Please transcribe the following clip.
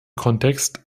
kontext